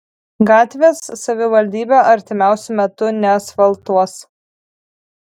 gatvės savivaldybė artimiausiu metu neasfaltuos